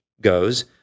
goes